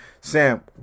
Sam